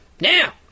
Now